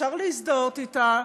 שאפשר להזדהות אתה,